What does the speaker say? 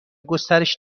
گسترش